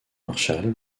marshall